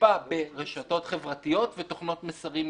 מושפע ברשתות חברתיות ותוכנות מסרים מיידיים,